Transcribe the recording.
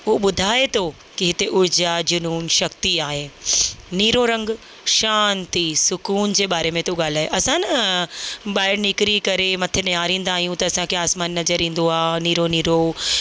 उहो ॿुधाए थो की हिते ऊर्जा जूनून शक्ती आहे नीरो रंग शांती सुकून जे बारे में थो ॻाल्हाए असां न ॿाहिरि निकिरी करे मथे निहारींदा आहियूं त असांखे आसमान नज़र ईंदो आहे नीरो नीरो